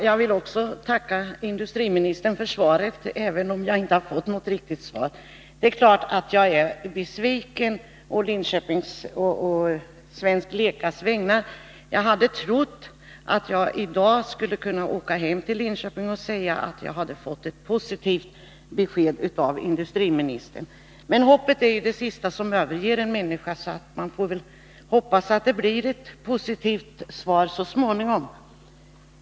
Fru talman! Också jag vill tacka industriministern för svaret, även om jag inte har fått något riktigt svar. Det är klart att jag är besviken på Linköpings och AB Svensk Lecas vägnar. Jag trodde att jag i dag skulle kunna åka hem till Linköping och säga att jag hade fått ett positivt besked av industriministern. Men hoppet är ju det sista som överger en människa, så man får väl hoppas att det blir ett positivt svar så småningom.